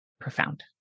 profound